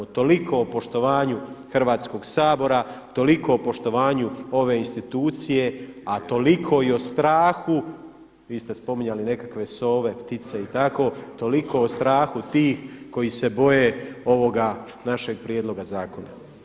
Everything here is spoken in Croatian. Toliko o poštovanju Hrvatskog sabora, toliko o poštovanju ove institucije, a toliko i o strahu, vi ste spominjali nekakve sove, ptice i tako, toliko o strahu tih koji se boje ovoga našeg prijedloga zakona.